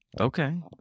Okay